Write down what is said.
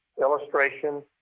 illustration